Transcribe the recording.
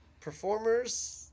performers